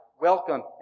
welcome